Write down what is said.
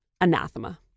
Anathema